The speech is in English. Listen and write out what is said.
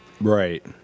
Right